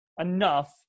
enough